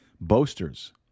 Boasters